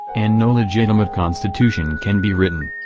and no legitimate constitution can be written.